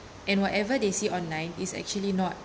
and whatever they see online is actually not